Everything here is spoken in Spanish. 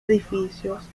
edificios